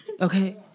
okay